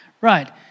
Right